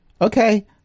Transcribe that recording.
Okay